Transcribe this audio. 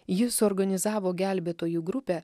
ji suorganizavo gelbėtojų grupę